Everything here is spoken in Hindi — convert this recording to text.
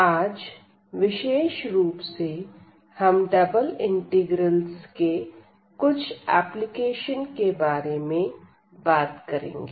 आज विशेष रूप से हम डबल इंटीग्रल्स के कुछ एप्लीकेशन के बारे में बात करेंगे